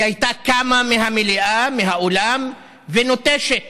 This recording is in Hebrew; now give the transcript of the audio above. היא הייתה קמה מהמליאה, מהאולם, ונוטשת